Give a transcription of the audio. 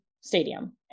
stadium